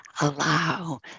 allow